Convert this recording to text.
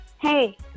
Hey